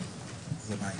ובכלל זה שינויים